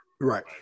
Right